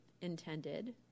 intended